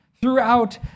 throughout